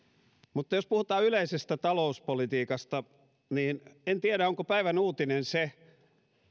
mutta jos puhutaan yleisestä talouspolitiikasta niin en tiedä onko päivän uutinen se